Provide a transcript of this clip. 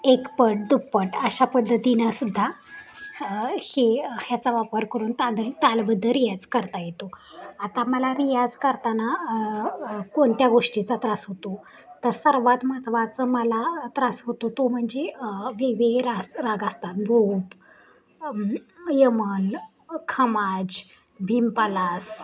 एकपट दुप्पट अशा पद्धतीनं सुद्धा हे ह्याचा वापर करून तांदरी तालबद्दल रियाज करता येतो आता मला रियाज करताना कोणत्या गोष्टीचा त्रास होतो तर सर्वात महत्वाचं मला त्रास होतो तो म्हणजे वेगवेगळे रा राग असतात भूप यमन खमाज भीमपलास